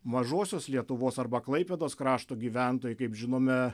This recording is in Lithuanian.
mažosios lietuvos arba klaipėdos krašto gyventojai kaip žinome